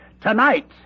tonight